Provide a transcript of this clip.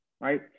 right